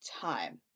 time